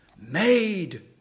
Made